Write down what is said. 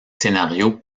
scénarios